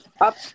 up